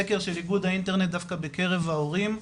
סקר של איגוד האינטרנט, דווקא, בקרב ההורים,